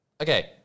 Okay